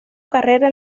carrera